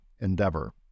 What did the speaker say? endeavor